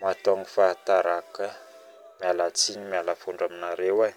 mahatonga fahataragna kay mialtsigny mialafondro aminareo ay